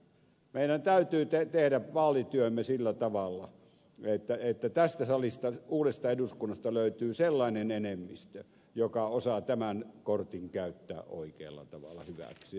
meidän täytyy tehdä vaalityömme sillä tavalla että tästä salista uudesta eduskunnasta löytyy sellainen enemmistö joka osaa tämän kortin käyttää oikealla tavalla hyväksi